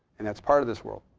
and that's part of this world.